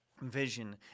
vision